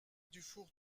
dufour